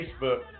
Facebook